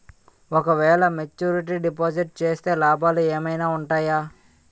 ఓ క వేల maturity deposit చేస్తే లాభాలు ఏమైనా ఉంటాయా?